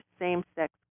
same-sex